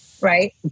right